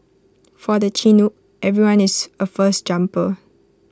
for the Chinook everyone is A first jumper